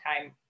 time